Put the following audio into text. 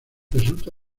resulta